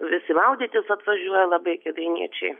visi maudytis atvažiuoja labai kėdainiečiai